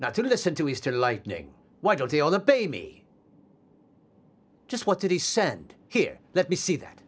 not to listen to easter lightning why don't the other pay me just what did he send here let me see that